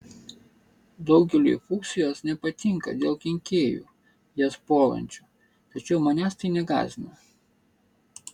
daugeliui fuksijos nepatinka dėl kenkėjų jas puolančių tačiau manęs tai negąsdina